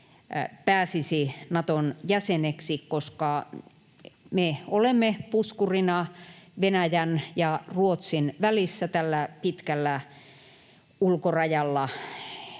pääsisi Naton jäseneksi, koska me olemme puskurina Venäjän ja Ruotsin välissä tällä pitkällä ulkorajalla,